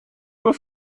nur